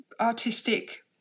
artistic